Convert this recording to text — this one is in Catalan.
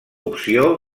opció